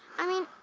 i mean,